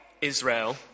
Israel